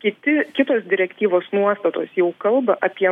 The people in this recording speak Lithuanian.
kiti kitos direktyvos nuostatos jau kalba apie